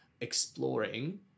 exploring